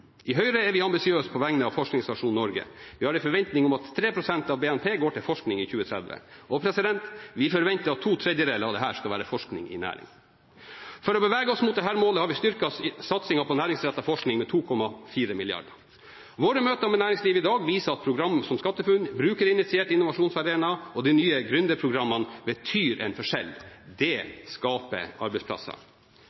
I Høyre er vi ambisiøse på vegne av forskningsnasjonen Norge. Vi har en forventning om at 3 pst. av BNP går til forskning i 2030, og vi forventer at to tredjedeler av dette skal være forskning i næring. For å bevege oss mot dette målet har vi styrket satsingen på næringsrettet forskning med 2,4 mrd. kr. Våre møter med næringslivet i dag viser at program som SkatteFUNN, Brukerinitiert innovasjonsarena og de nye gründerprogrammene betyr en forskjell. Det